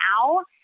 now